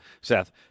Seth